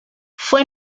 fue